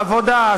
העבודה,